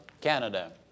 Canada